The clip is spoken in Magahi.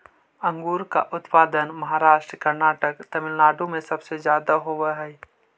अंगूर का उत्पादन महाराष्ट्र, कर्नाटक, तमिलनाडु में सबसे ज्यादा होवअ हई